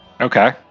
Okay